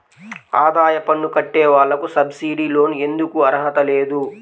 ఆదాయ పన్ను కట్టే వాళ్లకు సబ్సిడీ లోన్ ఎందుకు అర్హత లేదు?